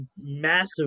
massive